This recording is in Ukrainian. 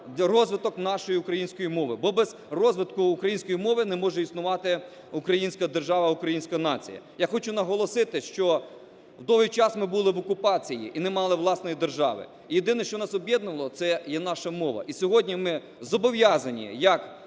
розвиток нашої української мови, бо без розвитку української мови не може існувати українська держава, українська нація. Я хочу наголосити, що довгий час ми були в окупації і не мали власної держави. І єдине, що нас об'єднувало - це є наша мова. І сьогодні ми зобов'язані як